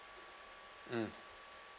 mm